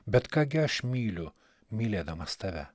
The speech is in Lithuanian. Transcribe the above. bet ką gi aš myliu mylėdamas tave